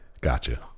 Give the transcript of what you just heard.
Gotcha